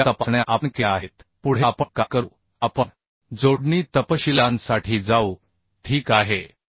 तर या तपासण्या आपण केल्या आहेत पुढे आपण काय करू आपण जोडणी तपशीलांसाठी जाऊ ठीक आहे